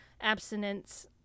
abstinence